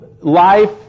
life